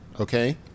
okay